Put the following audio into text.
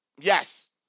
yes